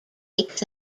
lakes